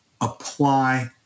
apply